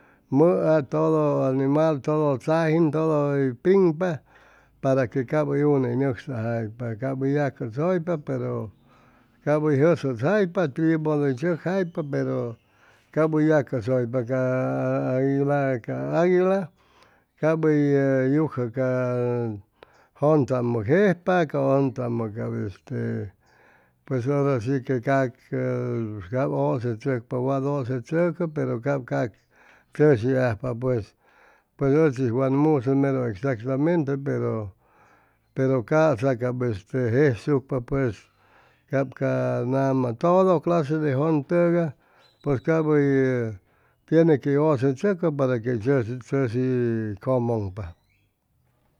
Mʉa todo animal todo tzajin todo hʉy piŋpa para que cap hʉy une hʉy nʉcsajaypa cap hʉy yacʉsʉypa pero cap hʉy jʉsʉtzaipa pero cap hʉy yacʉsʉypa ca aguila ca aguila cap hʉy yucjʉ ca jʉn tzamʉ jejpa ca jʉn tzamʉ cap este pues hora shi que cap cap ʉse tzʉcpa wat ʉse chʉcʉ pero cap ca chʉshi ajpa pues ʉchi wan musʉ mero exactamente pero pero ca'sa cap este jesucpa pues ca nama todo clase de jʉntʉgay pues cap hʉy tien quey ʉse tzʉcʉ para quey hʉy chʉshi hʉy cʉmʉŋpa